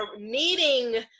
needing